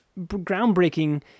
groundbreaking